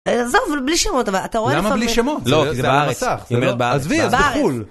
בלי שמות אבל אתה רואה לך בלי שמות לא זה בארץ בארץ בארץ.